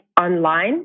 online